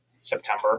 September